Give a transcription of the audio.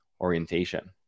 orientation